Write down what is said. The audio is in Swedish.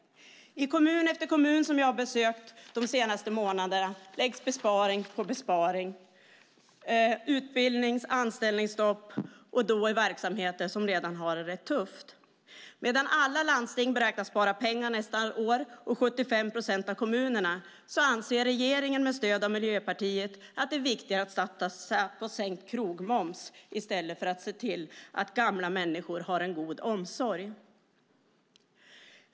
I kommun efter kommun som jag har besökt de senaste månaderna läggs besparing på besparing, och det är utbildnings och anställningsstopp i verksamheter som redan har det rätt tufft. Medan alla landsting och 75 procent av kommunerna beräknas spara pengar nästa år anser regeringen med stöd av Miljöpartiet att det är viktigare att satsa på sänkt krogmoms i stället för att se till att gamla människor har en god omsorg.